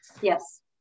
yes